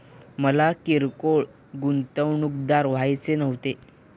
मला किरकोळ गुंतवणूकदार व्हायचे नव्हते